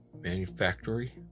manufactory